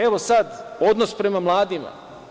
Evo sad - odnos prema mladima.